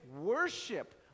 worship